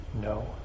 No